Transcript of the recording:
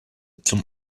zum